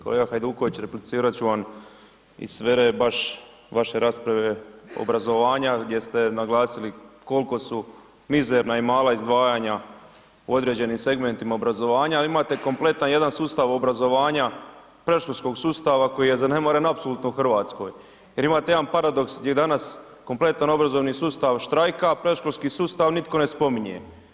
Kolega Hajduković, replicirat ću vam iz sfere baš vaše rasprave obrazovanja gdje ste naglasili koliko su mizerna i mala izdvajanja u određenim segmentima obrazovanja jer imate kompletan jedan sustav obrazovanja predškolskog sustava koji je zanemaren apsolutno u Hrvatskoj jer imate jedan paradoks gdje danas kompletan obrazovni sustav štrajka, a predškolski sustav nitko ne spominje.